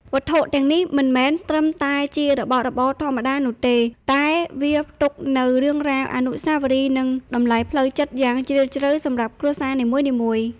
វត្ថុទាំងនេះមិនមែនត្រឹមតែជារបស់របរធម្មតានោះទេ តែវាផ្ទុកនូវ រឿងរ៉ាវ អនុស្សាវរីយ៍ និង តម្លៃផ្លូវចិត្ត យ៉ាងជ្រាលជ្រៅសម្រាប់គ្រួសារនីមួយៗ។